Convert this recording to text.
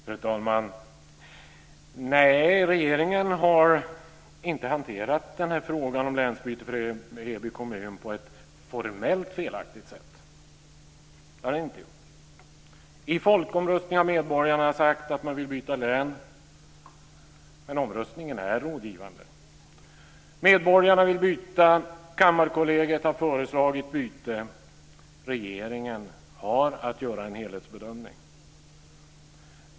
Fru talman! Nej, regeringen har inte hanterat frågan om länsbyte för Heby kommun på ett formellt felaktigt sätt. I folkomröstning har medborgarna sagt att de vill byta län, men omröstningen är rådgivande. Medborgarna vill byta. Kammarkollegiet har föreslagit byte. Regeringen har att göra en helhetsbedömning.